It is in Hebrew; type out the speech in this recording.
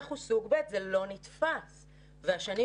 אנחנו סוג ב' וזה לא נתפס.